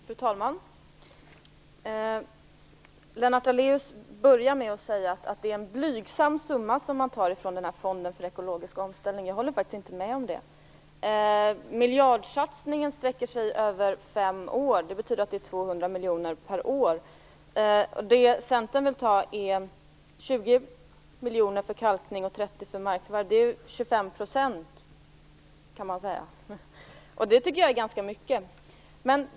Fru talman! Lennart Daléus börjar med att säga att det är en blygsam summa man tar från fonden för ekologisk omställning. Jag håller faktiskt inte med om det. Miljardsatsningen sträcker sig över fem år. Det betyder att det är 200 miljoner per år. Centern vill ta 20 miljoner för kalkning och 30 miljoner för markförvärv. Det är 25 %. Det tycker jag är ganska mycket.